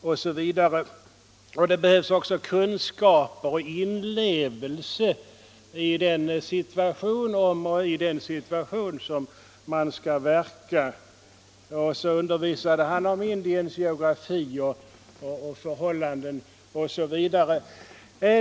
Herr Nilsson förklarade att det också behövs kunskaper om och inlevelse i den situation där man skall verka, han undervisade om Indiens geografi och förhållanden, osv.